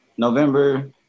November